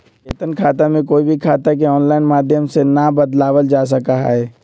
वेतन खाता में कोई भी खाता के आनलाइन माधम से ना बदलावल जा सका हई